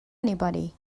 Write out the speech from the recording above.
anybody